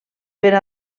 per